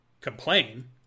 complain